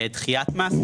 דחיית מס,